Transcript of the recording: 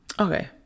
Okay